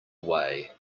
way